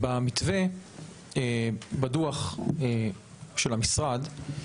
במתווה בדוח של המשרד,